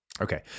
Okay